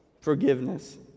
forgiveness